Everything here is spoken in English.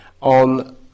on